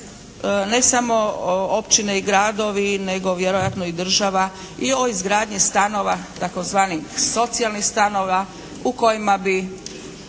ne samo općine i gradovi nego vjerojatno i država i o izgradnji stanova tzv. socijalnih stanova u kojima bi